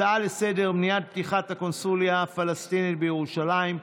הצעות לסדר-היום: מניעת פתיחת הקונסוליה הפלסטינית בירושלים,